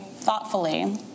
thoughtfully